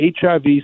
HIV